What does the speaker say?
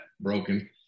broken